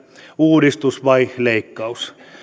uudistus vai leikkaus